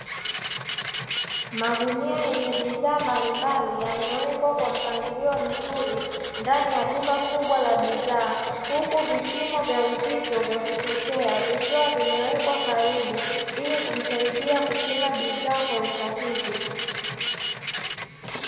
Magunia yenye bidhaa mbalimbali yamewekwa kwa mpangilio mzuri, ndani ya duka kubwa la bidhaa huku vipimo vya vizito vya kuchotea vikiwa vimewekwa karibu, ili kumsaidia kupima bidhaa kwa usahihi.